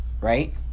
Right